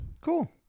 Cool